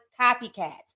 copycats